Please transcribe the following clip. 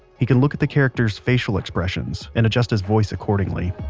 he can look at the characters' facial expressions and adjust his voice accordingly